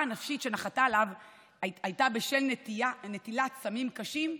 הנפשית שנחתה עליו הייתה בשל נטילת סמים קשים,